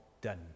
done